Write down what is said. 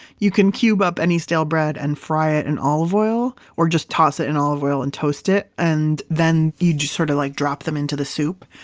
you can cube up any stale bread and fry it in olive oil or just toss it in olive oil and toast it. and then you sort of like drop them into the soup.